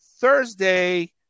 Thursday